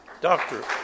Doctor